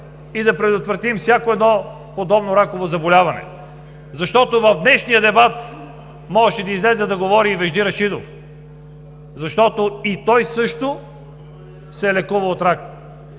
и да предотвратим всяко подобно раково заболяване?! В днешния дебат можеше да излезе да говори и Вежди Рашидов, защото и той също се лекува от рак.